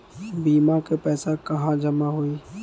बीमा क पैसा कहाँ जमा होई?